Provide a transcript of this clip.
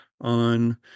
on